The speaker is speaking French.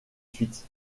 suite